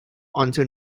onto